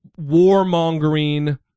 warmongering